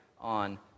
on